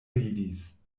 ridis